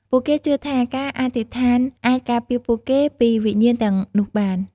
ពួកគេជឿថាការអធិស្ឋានអាចការពារពួកគេពីវិញ្ញាណទាំងនោះបាន។